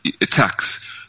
attacks